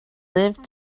live